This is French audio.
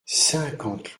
cinquante